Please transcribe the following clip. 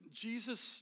Jesus